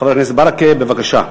חבר הכנסת ברכה, בבקשה.